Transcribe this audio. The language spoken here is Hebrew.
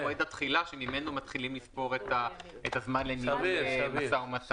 מועד התחילה שממנו מתחילים לספור את הזמן למשא ומתן.